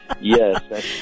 Yes